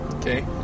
Okay